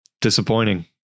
disappointing